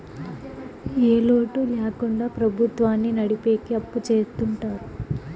ఏ లోటు ల్యాకుండా ప్రభుత్వాన్ని నడిపెకి అప్పు చెత్తుంటారు